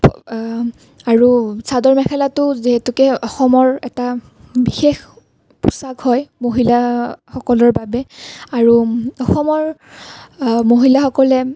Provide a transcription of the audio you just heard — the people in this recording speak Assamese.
আৰু চাদৰ মেখেলাটো যিহেতুকে অসমৰ এটা বিশেষ পোচাক হয় মহিলাসকলৰ বাবে আৰু অসমৰ মহিলাসকলে